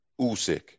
Usyk